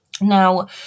Now